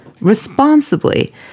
Responsibly